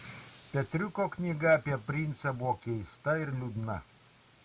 petriuko knyga apie princą buvo keista ir liūdna